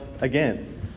again